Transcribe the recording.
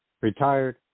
Retired